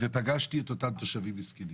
ופגשתי את אותם תושבים מסכנים.